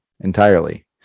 entirely